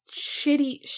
shitty